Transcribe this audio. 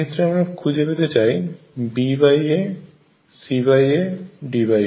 এক্ষেত্রে আমরা খুঁজে পেতে চাই BA CA DA